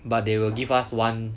but they will give us [one]